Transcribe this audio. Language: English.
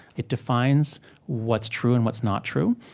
it defines what's true and what's not true.